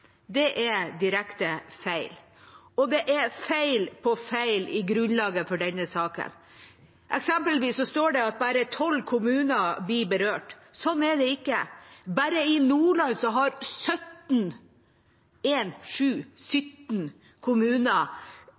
Det er direkte feil, og det er feil på feil i grunnlaget for denne saken. Eksempelvis står det at bare tolv kommuner blir berørt. Sånn er det ikke. Bare i Nordland har 17 kommuner